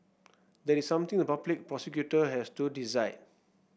that is something the public prosecutor has to decide